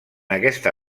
aquesta